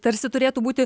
tarsi turėtų būti